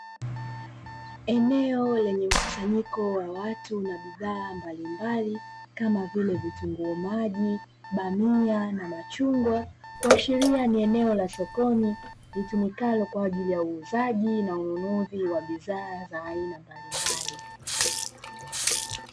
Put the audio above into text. Eneo lenye mkusanyiko wa watu na bidhaa mbalimbali, kama vile vitunguu maji, bamia na machungwa, kuashiria ni eneo la sokoni litumikalo kwa ajili ya uuzaji na ununuzi wa bidhaa za aina mbalimbali.